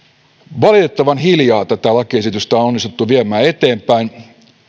valitettavan hiljaa tätä lakiesitystä on onnistuttu viemään eteenpäin